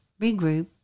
regroup